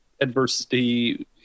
adversity